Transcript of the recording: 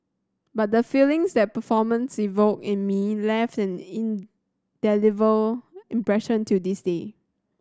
but the feelings that performance evoked in me left an indelible impression till this day